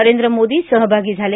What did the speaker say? नरेंद्र मोदी सहभागी झाले